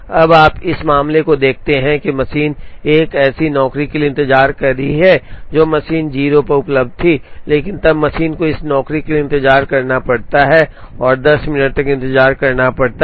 अब आप इस मामले को देखते हैं कि मशीन एक ऐसी नौकरी के लिए इंतजार कर रही है जो मशीन 0 पर उपलब्ध थी लेकिन तब मशीन को इस नौकरी के लिए इंतजार करना पड़ता है और 10 मिनट तक इंतजार करना पड़ता है